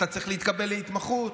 אתה צריך להתקבל להתמחות,